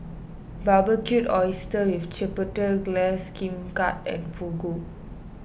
Barbecued Oysters with Chipotle Glaze Kimbap and Fugu